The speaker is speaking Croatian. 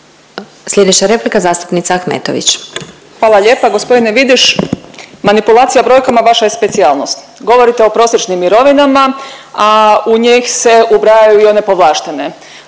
Slijedeća replika zastupnica Ahmetović. **Ahmetović, Mirela (SDP)** Hvala lijepa. Gospodine Vidiš, manipulacija brojkama vaša je specijalnost, govorite o prosječnim mirovinama, a u njih se ubrajaju i one povlaštene,